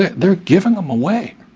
they're giving them away.